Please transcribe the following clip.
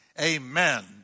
Amen